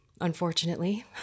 unfortunately